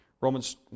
Romans